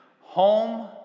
Home